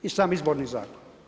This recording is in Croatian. I sam izborni zakon.